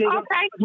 okay